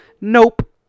nope